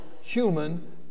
human